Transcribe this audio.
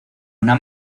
una